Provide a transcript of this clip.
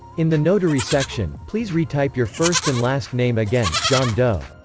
in the notary section, please retype your first and last name again john doe